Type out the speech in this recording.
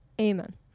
Amen